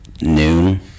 noon